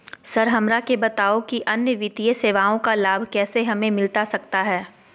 Sir हमरा के बताओ कि अन्य वित्तीय सेवाओं का लाभ कैसे हमें मिलता सकता है?